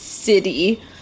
city